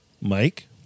Mike